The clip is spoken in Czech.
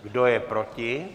Kdo je proti?